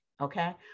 okay